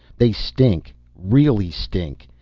they stink, really stink,